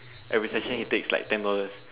every session he takes like ten dollars